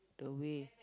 the way